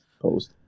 post